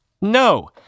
No